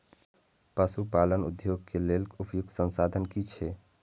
पशु पालन उद्योग के लेल उपयुक्त संसाधन की छै?